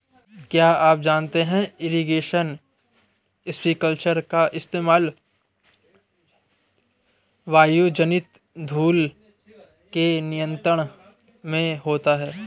क्या आप जानते है इरीगेशन स्पिंकलर का इस्तेमाल वायुजनित धूल के नियंत्रण में होता है?